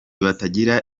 batagira